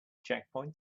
checkpoints